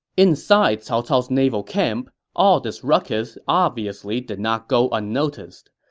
inside cao cao's naval camp, all this ruckus obviously did not go unnoticed.